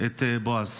את בועז.